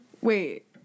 Wait